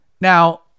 Now